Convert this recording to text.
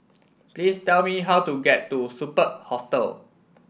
please tell me how to get to Superb Hostel